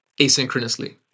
asynchronously